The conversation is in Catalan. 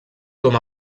com